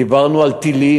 דיברנו על טילים,